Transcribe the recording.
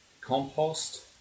compost